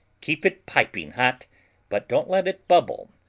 keep it piping hot but don't let it bubble,